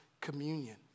communion